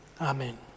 Amen